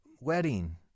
wedding